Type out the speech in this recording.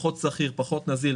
פחות סחיר ופחות נזיל,